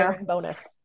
bonus